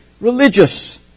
religious